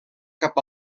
cap